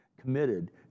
committed